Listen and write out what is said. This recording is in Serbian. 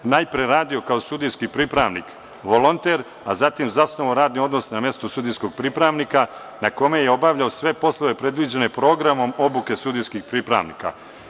Najpre je radio kao sudijski pripravnik, volonter, a zatim zasnovao radni odnos na mestu sudijskog pripravnika na kome je obavljao sve poslove predviđene programom obuke sudijskih pripravnika.